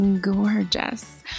gorgeous